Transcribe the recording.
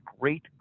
great